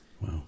Wow